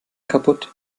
kaputt